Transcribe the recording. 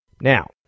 Now